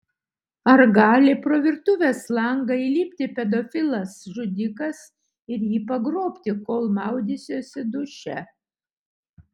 ar gali pro virtuvės langą įlipti pedofilas žudikas ir jį pagrobti kol maudysiuosi duše